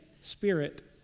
spirit